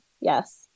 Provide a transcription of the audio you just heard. Yes